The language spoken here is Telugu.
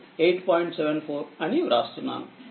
74అని వ్రాస్తున్నాను